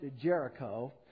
Jericho